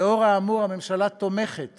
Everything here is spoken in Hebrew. לאור האמור, הממשלה תומכת